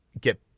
get